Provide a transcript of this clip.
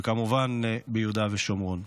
וכמובן ביהודה ושומרון.